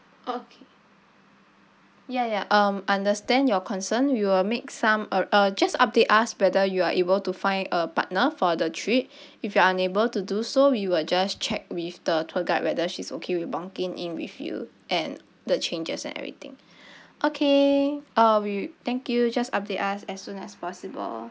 okay ya ya um understand your concern we will make some uh uh just update us whether you are able to find a partner for the trip if you are unable to do so we will just check with the tour guide whether she's okay with bunking in with you and the changes and everything okay uh we thank you just update us as soon as possible